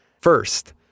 first